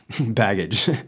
baggage